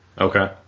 Okay